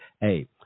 hey